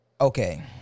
Okay